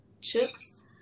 chips